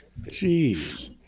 Jeez